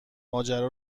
ماجرا